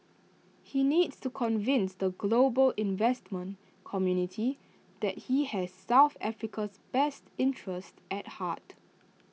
he needs to convince the global investment community that he has south Africa's best interests at heart